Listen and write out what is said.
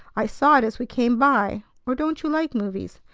i saw it as we came by. or don't you like movies?